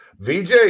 VJ